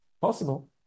Possible